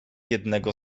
jednego